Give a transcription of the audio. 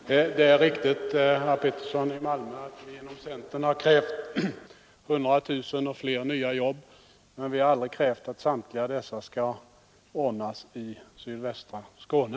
Herr talman! Det är riktigt, herr Arne Pettersson i Malmö, att vi inom centern har krävt 100 000 och fler nya jobb. Men vi har aldrig krävt att samtliga dessa skall ordnas i sydvästra Skåne.